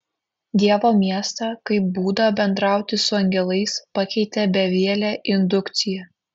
dievo miestą kaip būdą bendrauti su angelais pakeitė bevielė indukcija